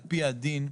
על פי הדין,